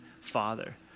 father